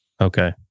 Okay